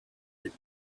that